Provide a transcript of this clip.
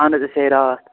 اَہن حظ أسۍ آے راتھ